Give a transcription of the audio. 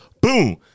Boom